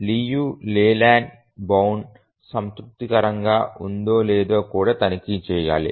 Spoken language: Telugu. లియు లేలాండ్ బౌండ్ సంతృప్తికరంగా ఉందో లేదో కూడా తనిఖీ చేయాలి